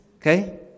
Okay